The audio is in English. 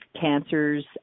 cancers